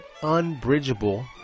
unbridgeable